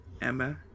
Emma